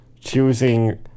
choosing